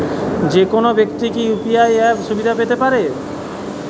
যেকোনো ব্যাক্তি কি ইউ.পি.আই অ্যাপ সুবিধা পেতে পারে?